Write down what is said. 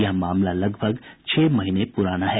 यह मामला लगभग छह महीने पुराना है